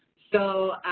so